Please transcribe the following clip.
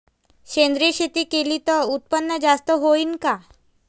सेंद्रिय शेती केली त उत्पन्न जास्त होईन का?